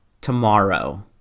tomorrow